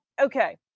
okay